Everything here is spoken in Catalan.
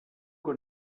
que